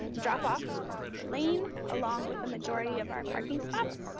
um drop-off lane, along with the majority of our parking spots.